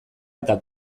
eta